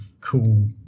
cool